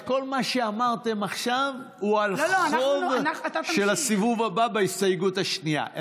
כל מה שאמרתם עכשיו זה על חוב של הסיבוב הבא בהסתייגות השנייה.